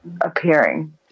appearing